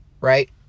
right